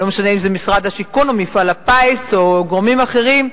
אם זה משרד השיכון או מפעל הפיס או גורמים אחרים,